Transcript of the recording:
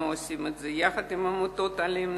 אנחנו עושים את זה יחד עם עמותות "עולים".